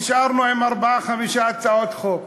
נשארנו עם ארבע-חמש הצעות חוק.